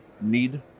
need